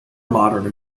modern